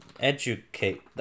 educate